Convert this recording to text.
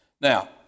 Now